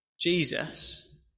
Jesus